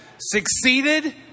succeeded